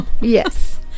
Yes